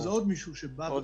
זה עוד מישהו שבא,